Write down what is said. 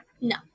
No